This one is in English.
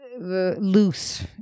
loose